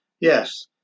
Yes